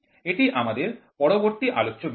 এটি আমাদের পরবর্তী আলোচ্য বিষয়